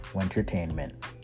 entertainment